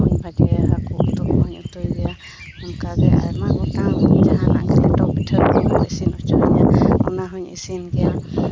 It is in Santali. ᱦᱟᱹᱠᱩᱧ ᱵᱷᱟᱡᱟᱭᱟ ᱦᱟᱹᱠᱩ ᱩᱛᱩ ᱦᱚᱸᱧ ᱩᱛᱩᱭ ᱜᱮᱭᱟ ᱚᱱᱠᱟᱜᱮ ᱟᱭᱢᱟ ᱜᱚᱴᱟᱱ ᱡᱟᱦᱟᱱᱟᱜ ᱜᱮ ᱞᱮᱴᱚ ᱯᱤᱴᱷᱟᱹ ᱤᱥᱤᱱ ᱦᱚᱪᱚ ᱚᱱᱟ ᱦᱚᱸᱧ ᱤᱥᱤᱱ ᱜᱮᱭᱟ